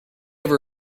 ever